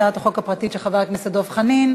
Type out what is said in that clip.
הצעת החוק הפרטית של חבר הכנסת דב חנין.